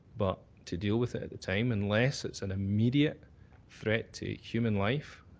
but to deal with it at the time unless it's an immediate threat to human life,